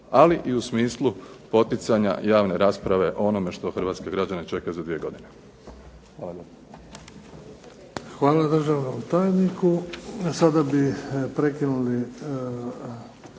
ali i u smislu poticanja javne rasprave o onome što hrvatske građane čeka za dvije godine. Hvala lijepo. **Bebić, Luka (HDZ)** Hvala državnom tajniku. Sada bi prekinuli